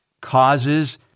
causes